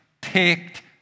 picked